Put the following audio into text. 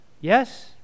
yes